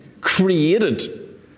created